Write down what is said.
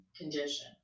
condition